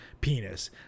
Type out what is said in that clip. Penis